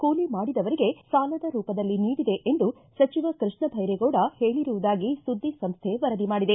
ಕೂಲಿ ಮಾಡಿದವರಿಗೆ ಸಾಲದ ರೂಪದಲ್ಲಿ ನೀಡಿದೆ ಎಂದು ಸಚಿವ ಕೃಷ್ಣಬೈರೇಗೌಡ ಹೇಳರುವುದಾಗಿ ಸುದ್ದಿ ಸಂಸ್ಥೆ ವರದಿ ಮಾಡಿದೆ